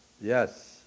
Yes